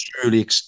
truly